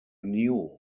new